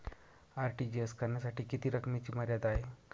RTGS करण्यासाठी किती रकमेची मर्यादा आहे?